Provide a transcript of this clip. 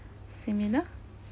similar